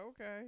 okay